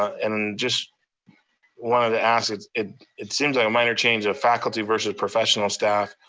and just one of the assets, it it seems like a minor change of faculty versus professional staff.